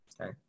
Okay